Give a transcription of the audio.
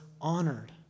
honored